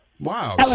Wow